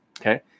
Okay